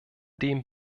dem